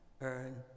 earn